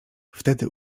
wtedy